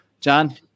John